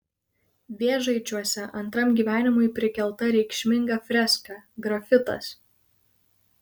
vėžaičiuose antram gyvenimui prikelta reikšminga freska grafitas